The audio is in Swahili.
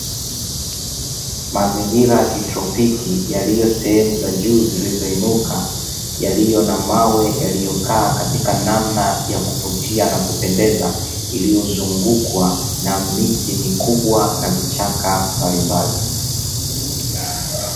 Mazingira ya kitropiki yaliyo sehemu za juu zilizoinuka, yaliyo na mawe yaliyokaa katika namna ya kuvutia na kupendeza, iliyozungukwa na miti mikubwa na vichaka mbalimbali.